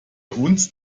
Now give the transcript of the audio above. uns